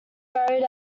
buried